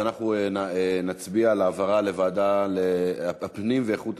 אז אנחנו נצביע על העברה לוועדת הפנים והגנת הסביבה.